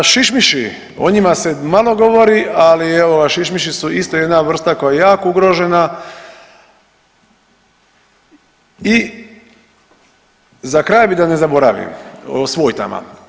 Šišmiši, o njima se malo govori, ali evo šišmiši su isto jedna vrsta koja je jako ugrožena i za kraj da ne zaboravim o svojtama.